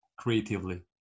creatively